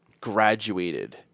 graduated